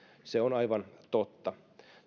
se on aivan totta